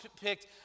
picked